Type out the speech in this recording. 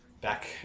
Back